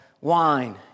wine